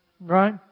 Right